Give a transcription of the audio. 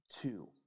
two